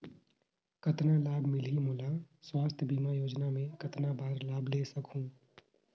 कतना लाभ मिलही मोला? स्वास्थ बीमा योजना मे कतना बार लाभ ले सकहूँ?